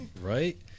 right